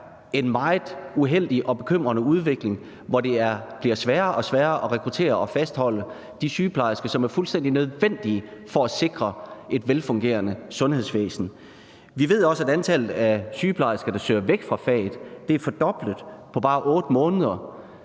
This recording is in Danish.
en meget uheldig og bekymrende udvikling, hvor det bliver sværere og sværere at rekruttere og fastholde de sygeplejersker, som er fuldstændig nødvendige for at sikre et velfungerende sundhedsvæsen. Vi ved også, at antallet af sygeplejersker, der søger væk fra faget, er fordoblet på bare 8 måneder.